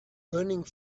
burning